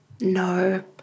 No